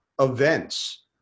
events